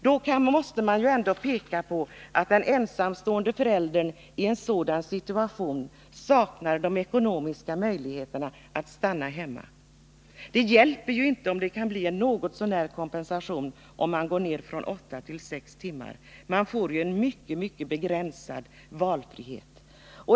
Vi måste ändå peka på att den ensamstående föräldern i en sådan situation saknar de ekonomiska möjligheterna att stanna hemma. Det hjälper ju inte om det kan bli en något så när god kompensation när man går ner från åtta till sex timmar. Det blir en mycket begränsad valfrihet.